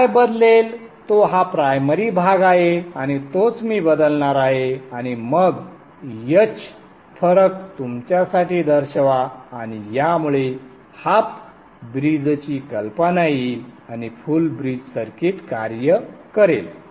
काय बदलेल तो हा प्रायमरी भाग आहे आणि तोच मी बदलणार आहे आणि मग h फरक तुमच्यासाठी दर्शवा आणि यामुळे हाफ ब्रिजची कल्पना येईल आणि फुल ब्रिज सर्किट कार्य करेल